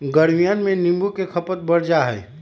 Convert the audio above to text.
गर्मियन में नींबू के खपत बढ़ जाहई